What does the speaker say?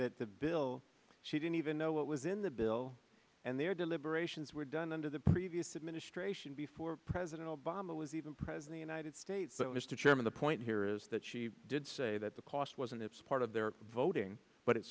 that the bill she didn't even know what was in the bill and their deliberations were done under the previous administration before president obama was even present a united states but mr chairman the point here is that she did say that the cost wasn't its part of their voting but it